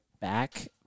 back